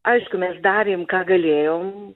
aišku mes darėm ką galėjom